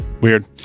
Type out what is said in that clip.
Weird